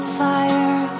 fire